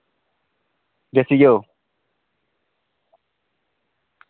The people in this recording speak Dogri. देसी घ्योे